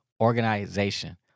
organization